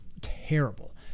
terrible